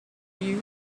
you